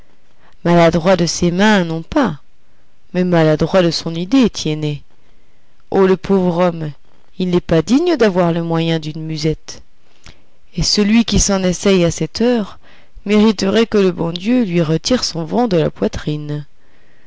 maladroit de ses mains non pas mais maladroit de son idée tiennet oh le pauvre homme il n'est pas digne d'avoir le moyen d'une musette et celui qui s'en essaye à cette heure mériterait que le bon dieu lui retire son vent de la poitrine